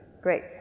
Great